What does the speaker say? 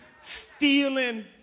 stealing